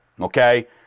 okay